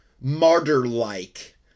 martyr-like